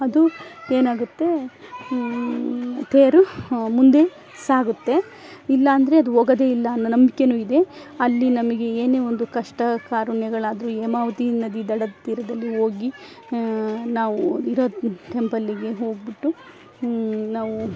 ಅದು ಏನಾಗುತ್ತೆ ತೇರು ಮುಂದೆ ಸಾಗುತ್ತೆ ಇಲ್ಲಾಂದ್ರೆ ಅದು ಹೋಗೊದೇಯಿಲ್ಲ ಅನ್ನೋ ನಂಬ್ಕೆಯೂ ಇದೆ ಅಲ್ಲಿ ನಮಗೆ ಏನೇ ಒಂದು ಕಷ್ಟ ಕಾರ್ಪಣ್ಯಗಳಾದರೂ ಹೇಮಾವತಿ ನದಿ ದಡ ತೀರದಲ್ಲಿ ಹೋಗಿ ನಾವು ಇರೋದು ಟೆಂಪಲ್ಗೆ ಹೋಗಿಬಿಟ್ಟು ನಾವು